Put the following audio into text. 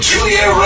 Julia